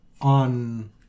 on